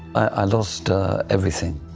i lost ah everything.